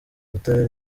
rutare